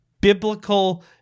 biblical